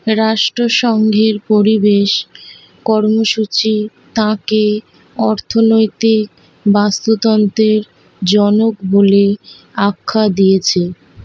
রাষ্ট্রসঙ্ঘের পরিবেশ কর্মসূচি তাঁকে অর্থনৈতিক বাস্তুতন্ত্রের জনক বলে আখ্যা দিয়েছে